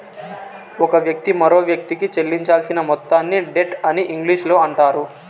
ఒక వ్యక్తి మరొకవ్యక్తికి చెల్లించాల్సిన మొత్తాన్ని డెట్ అని ఇంగ్లీషులో అంటారు